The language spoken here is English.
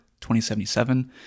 2077